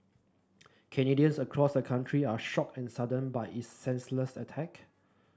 Canadians across the country are shocked and saddened by this senseless attack